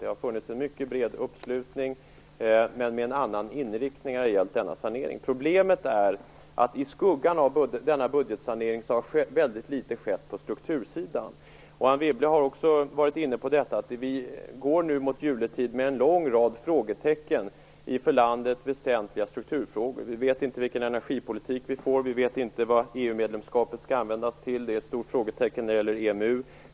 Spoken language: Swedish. Det har funnits en mycket bred uppslutning men med en annan inriktning när det har gällt denna sanering. Problemet är att i skuggan av denna budgetsanering har väldigt litet skett på struktursidan. Anne Wibble har också varit inne på detta. Vi går nu mot juletid med en lång rad frågetecken i för landet väsentliga strukturfrågor. Vi vet inte vilken energipolitik vi får. Vi vet inte vad EU-medlemskapet skall användas till. Det är ett stort frågetecken när det gäller EMU.